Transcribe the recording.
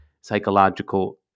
psychological